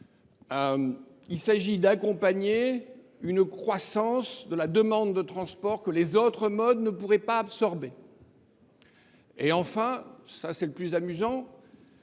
il s’agirait d’accompagner une croissance de la demande de transport que les autres modes ne pourraient pas absorber. Troisièmement, et c’est le plus amusant,